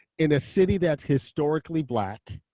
in a city that's historically black,